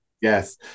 Yes